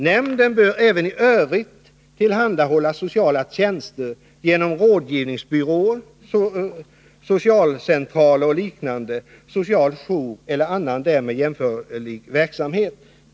Nämnden bör även i övrigt tillhandahålla sociala tjänster genom rådgivningsbyråer, socialcentraler och liknande, social jour eller annan därmed jämförlig verksamhet.